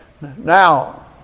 Now